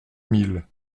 mille